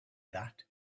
that